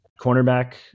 Cornerback